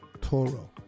Toro